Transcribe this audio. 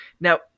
Now